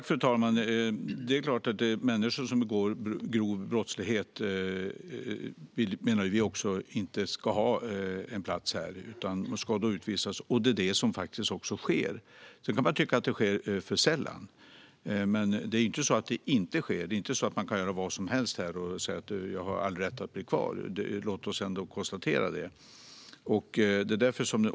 Fru talman! Det är klart att människor som begår grov brottslighet inte ska ha en plats här utan ska utvisas. Det menar vi också. Det är också det som faktiskt sker. Man kan tycka att det sker för sällan, men det är inte så att det inte sker. Det är inte så att man kan göra vad som helst här och säga att man har all rätt att bli kvar. Låt oss ändå konstatera det.